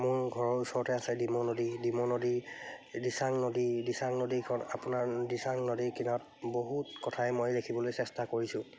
মোৰ ঘৰৰ ওচৰতে আছে ডিমৌ নদী ডিমৌ নদী দিচাং নদী দিচাং নদীখন আপোনাৰ দিচাং নদীৰ কিনাৰত বহুত কথাই মই লিখিবলৈ চেষ্টা কৰিছোঁ